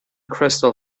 crystal